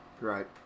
Right